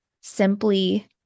simply